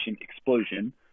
explosion